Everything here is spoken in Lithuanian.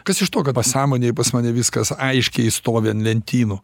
kas iš to pasąmonėj pas mane viskas aiškiai stovi ant lentynų